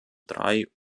drei